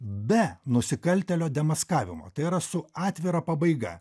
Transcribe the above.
be nusikaltėlio demaskavimo tai yra su atvira pabaiga